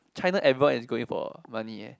China everyone is going for money eh